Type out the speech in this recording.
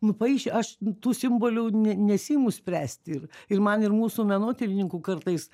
nupaišė aš tų simbolių ne nesiimu spręsti ir ir man ir mūsų menotyrininkų kartais